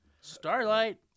Starlight